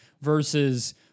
versus